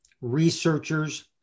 researchers